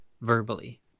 verbally